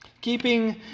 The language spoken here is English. keeping